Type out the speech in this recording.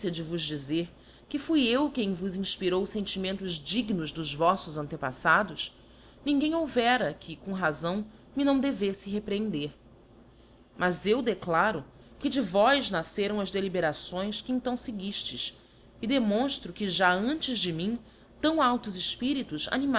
vos dizer que fui eu quem vos infpirou fentimentos dignos dos vossos antepassados ninguem houvera que com razão me não deveffe reprehender mas eu declaro que de vós nafceram as deliberações que então feguiftes e demonftro que já antes de mim tão altos efpiritos